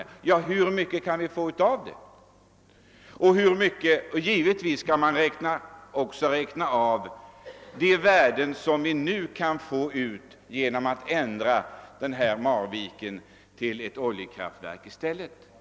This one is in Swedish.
Men hur mycket kan vi egentligen få ut av dem utöver det värde som ligger däri att Marvikenanläggningen blir ett oljekraftverk.